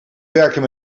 werken